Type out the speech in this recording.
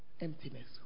Emptiness